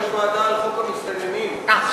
יש ישיבת ועדה על חוק המסתננים עכשיו.